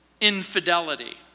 infidelity